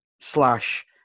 slash